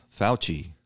Fauci